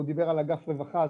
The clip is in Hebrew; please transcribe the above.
הוא דיבר על אגף רווחה,